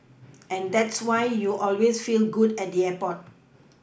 and that's why you always feel good at the airport